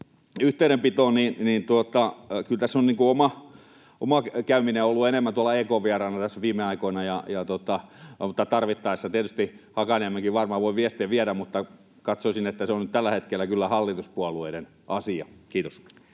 yhteydenpitoon: kyllä tässä oma käyminen on ollut enemmän tuolla EK:n vieraana tässä viime aikoina, mutta tarvittaessa Hakaniemeenkin varmaan voin viestiä viedä, mutta katsoisin, että se on nyt tällä hetkellä kyllä hallituspuolueiden asia. — Kiitos.